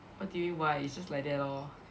what do you mean why it's just like that lor